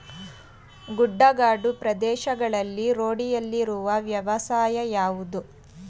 ಗುಡ್ಡಗಾಡು ಪ್ರದೇಶಗಳಲ್ಲಿ ರೂಢಿಯಲ್ಲಿರುವ ವ್ಯವಸಾಯ ಯಾವುದು?